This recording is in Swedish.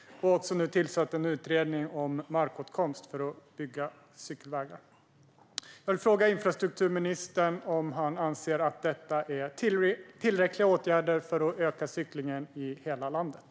Regeringen har nu också tillsatt en utredning om markåtkomst för att bygga cykelvägar. Jag vill fråga infrastrukturministern om han anser att detta är tillräckliga åtgärder för att öka cyklingen i hela landet.